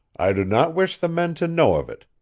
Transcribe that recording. i do not wish the men to know of it.